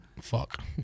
fuck